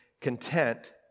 content